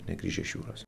negrįžę iš jūros